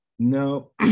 No